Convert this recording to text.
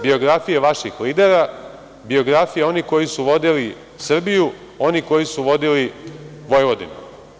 Biografije vaših lidera, biografije onih koji su vodili Srbiju, oni koji su vodili Vojvodinu.